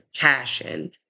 passion